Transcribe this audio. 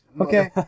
Okay